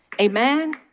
Amen